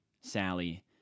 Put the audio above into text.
Sally